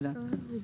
לא יודעת.